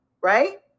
right